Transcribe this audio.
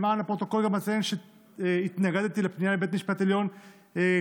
למען הפרוטוקול גם אציין שהתנגדתי לפנייה לבית המשפט העליון כשהיושב-ראש